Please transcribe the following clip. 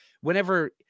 whenever